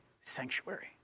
sanctuary